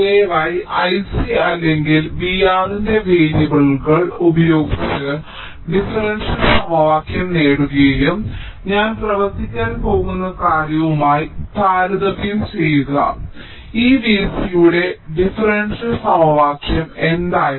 ദയവായി I c അല്ലെങ്കിൽ V R ന്റെ വേരിയബിളുകൾ ഉപയോഗിച്ച് ഡിഫറൻഷ്യൽ സമവാക്യം നേടുകയും ഞാൻ പ്രവർത്തിക്കാൻ പോകുന്ന കാര്യവുമായി താരതമ്യം ചെയ്യുക ഈ V c യുടെ ഡിഫറൻഷ്യൽ സമവാക്യം എന്തായിരുന്നു